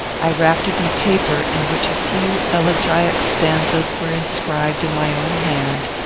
i wrapped it in paper in which a few elegiac stanzas were inscribed in my own hand,